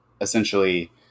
essentially